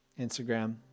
Instagram